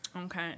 Okay